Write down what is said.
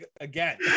again